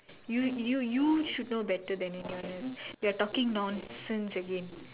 you you you should know better than anyone else you're talking nonsense again